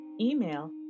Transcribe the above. Email